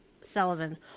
Sullivan